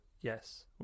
Yes